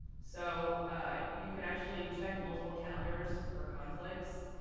so you can actually check multiple calendars for conflicts.